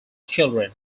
children